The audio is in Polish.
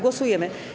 Głosujemy.